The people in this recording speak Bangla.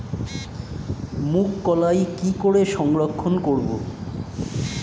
মুঘ কলাই কি করে সংরক্ষণ করব?